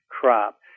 crop